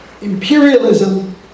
imperialism